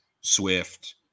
Swift